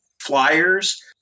flyers